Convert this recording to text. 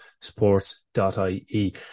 sports.ie